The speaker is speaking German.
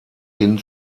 hin